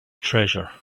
treasure